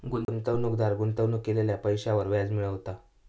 गुंतवणूकदार गुंतवणूक केलेल्या पैशांवर व्याज मिळवता